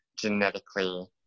genetically